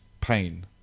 pain